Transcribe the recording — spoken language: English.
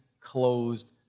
closed